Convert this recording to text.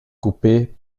coupée